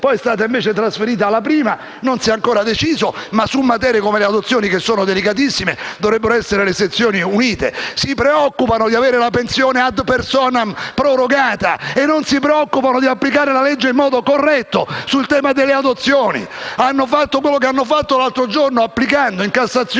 è stata trasferita alla prima. Non si è ancora deciso, ma su materie come le adozioni, che sono delicatissime, dovrebbero pronunciarsi le sezioni unite. Si preoccupano di avere la pensione *ad personam* prorogata e non si preoccupano di applicare la legge in modo corretto sul tema delle adozioni! Hanno fatto quello che hanno fatto l'altro giorno, applicando in Cassazione